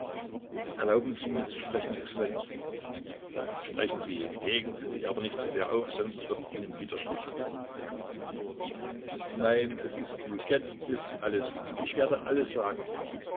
erlauben sie mir zu sprechen exzellenz sprechen sie regen sie sich aber nicht zu sehr auf sonst wird ihnen wieder schlecht werden nein es ist gut jetzt ist alles gut ich werde alles sagen